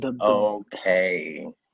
okay